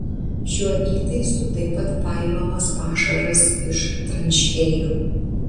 šiuo įtaisu taip pat paimamas pašaras iš tranšėjų